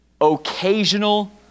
occasional